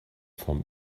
vom